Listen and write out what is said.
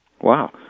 Wow